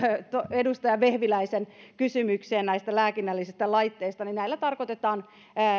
edustaja vehviläisen kysymykseen näistä lääkinnällisistä laitteista näillä tarkoitetaan